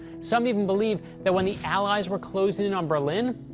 some even believe that when the allies were closing in on berlin,